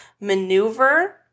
maneuver